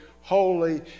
holy